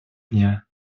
дня